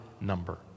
number